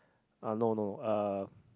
uh no no uh